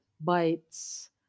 bites